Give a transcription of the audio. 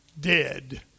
dead